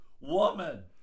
woman